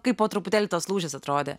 kaip po truputėlį tas lūžis atrodė